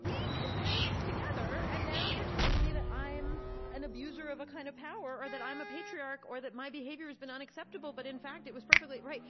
we did this together, and now you're telling me that i'm an abuser of a kind of power, or that i'm a patriarch, or that my behavior has been unacceptable, but in fact, it was perfectly right?